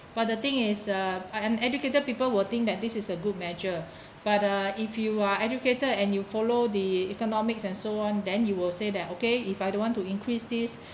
but the thing is uh uneducated people will think that this is a good measure but uh if you are educated and you follow the economics and so on then you will say that okay if I don't want to increase this